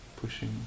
pushing